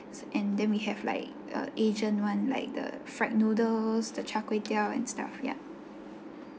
and then we have like uh asian one like the fried noodles the char kway teow and stuff ya